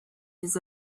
his